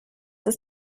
ist